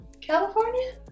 california